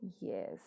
yes